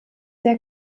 der